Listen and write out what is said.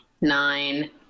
nine